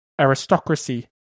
aristocracy